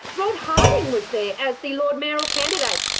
rod harding was there as the lord mayoral candidate.